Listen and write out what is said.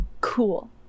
cool